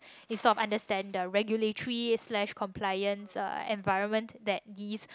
instead of understand the regulatory slash compliance uh environment that these